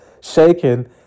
shaking